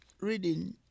reading